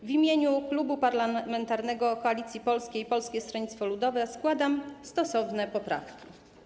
W imieniu Klubu Parlamentarnego Koalicja Polska - Polskie Stronnictwo Ludowe składam stosowne poprawki.